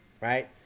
right